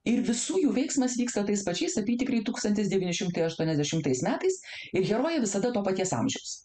ir visų jų veiksmas vyksta tais pačiais apytikriai tūkstantis devyni šimtai aštuoniasdešimtais metais ir herojė visada to paties amžiaus